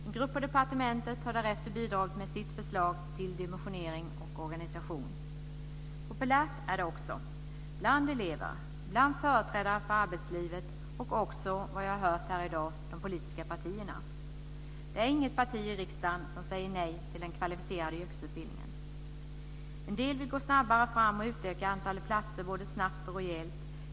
En grupp på departementet har därefter bidragit med sitt förslag till dimensionering och organisation. Populärt är det också - bland elever, bland företrädare för arbetslivet och även, efter vad jag hört här i dag, bland de politiska partierna. Det är inget parti i riksdagen som säger nej till den kvalificerade yrkesutbildningen. En del vill gå snabbare fram och utöka antalet platser både snabbt och rejält.